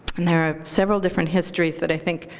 and there are several different histories that i think